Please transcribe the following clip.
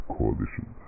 Coalition